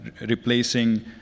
replacing